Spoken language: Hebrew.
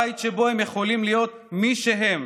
בית שבו הם יכולים להיות מי שהם,